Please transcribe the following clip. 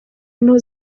nto